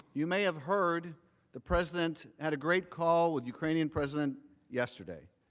you may have heard the president had a great call with ukrainian president yesterday.